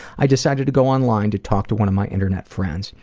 i decided to go online to talk to one of my internet friends.